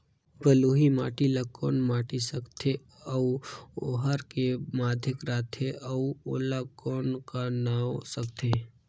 बलुही माटी ला कौन माटी सकथे अउ ओहार के माधेक राथे अउ ओला कौन का नाव सकथे?